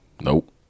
Nope